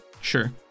Sure